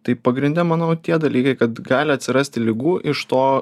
tai pagrinde manau tie dalykai kad gali atsirasti ligų iš to